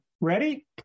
Ready